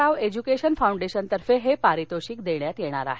राव education फाऊंडेशनतर्फे हे पारितोषिक देण्यात येणार आहे